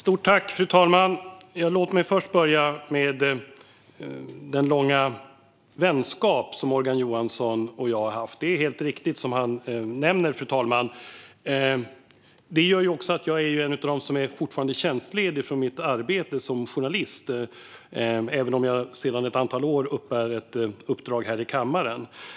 Fru talman! Låt mig först börja med den långa vänskap som Morgan Johansson och jag har haft. Det är helt riktigt som han säger, fru talman, och det innebär att jag fortfarande är tjänstledig från mitt arbete som journalist eftersom jag sedan ett antal år har ett uppdrag här i kammaren.